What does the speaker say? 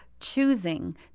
choosing